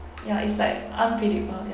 ya it's like unpredictable